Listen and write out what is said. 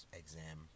exam